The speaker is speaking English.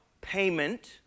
payment